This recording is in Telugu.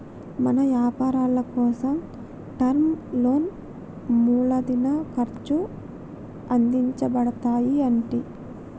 మన యపారాలకోసం టర్మ్ లోన్లా మూలదిన ఖర్చు అందించబడతాయి అంటి